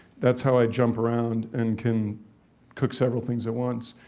that's how i jump around and can cook several things at once.